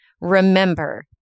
Remember